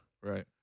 right